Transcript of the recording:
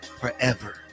forever